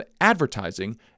advertising